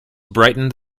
brightened